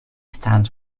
stands